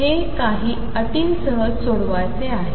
तर हे काही अटींसह सोडवायचे आहे